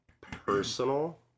personal